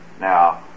Now